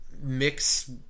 mix